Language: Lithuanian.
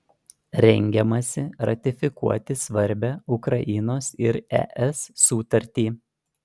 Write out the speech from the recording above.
rengiamasi ratifikuoti svarbią ukrainos ir es sutartį